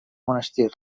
monestir